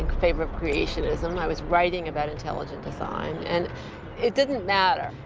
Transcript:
in creationism. i was writing about intelligent design. and it didn't matter.